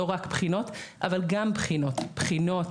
לא רק בחינות אבל גם בחינות בחינות,